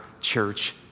church